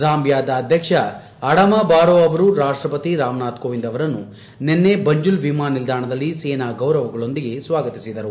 ಜಾಂಬಿಯಾದ ಅಧ್ಯಕ್ಷ Adama Barrow ಅವರು ರಾಷ್ಟ್ರಪತಿ ರಾಮನಾಥ್ ಕೋವಿಂದ್ ಅವರನ್ನು ನಿನ್ನೆ ಬಂಜುಲ್ ವಿಮಾನ ನಿಲ್ದಾಣದಲ್ಲಿ ಸೇನಾ ಗೌರವಗಳೊಂದಿಗೆ ಸ್ವಾಗತಿಸಿದರು